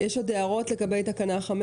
יש עוד הערות לגבי תקנה 15?